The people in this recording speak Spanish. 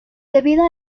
debido